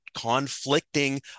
conflicting